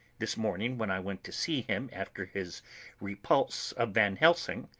this morning, when i went to see him after his repulse of van helsing,